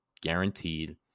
Guaranteed